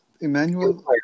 Emmanuel